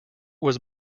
was